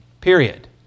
period